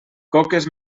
coques